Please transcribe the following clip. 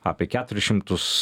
apie keturis šimtus